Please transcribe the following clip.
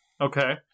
Okay